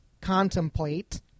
contemplate